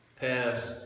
past